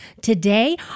today